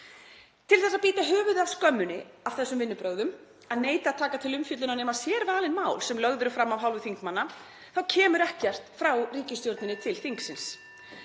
Til að bíta höfuðið af skömminni í þessum vinnubrögðum, að neita að taka til umfjöllunar nema sérvalin mál sem lögð eru fram af hálfu þingmanna, þá kemur ekkert frá ríkisstjórninni til þingsins.